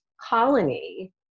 colony